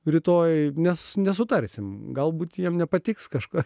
rytoj nes nesutarsime galbūt jiems nepatiks kažkas